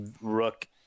Rook